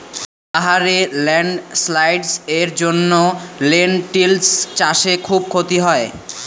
পাহাড়ে ল্যান্ডস্লাইডস্ এর জন্য লেনটিল্স চাষে খুব ক্ষতি হয়